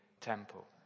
temple